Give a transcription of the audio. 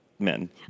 Men